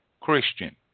Christian